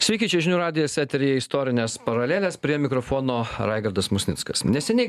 sveiki čia žinių radijas eteryje istorinės paralelės prie mikrofono raigardas musnickas neseniai